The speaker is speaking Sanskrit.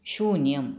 शून्यम्